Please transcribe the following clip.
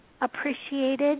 appreciated